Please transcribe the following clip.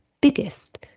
biggest